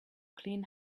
clean